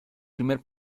primer